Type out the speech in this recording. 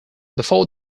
before